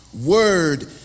word